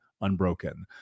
unbroken